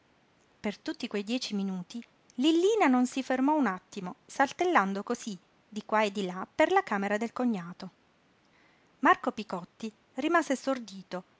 per tutti quei dieci minuti lillina non si fermò un attimo saltellando cosí di qua e di là per la camera del cognato marco picotti rimase stordito